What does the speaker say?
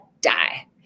die